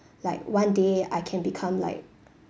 like one day I can become like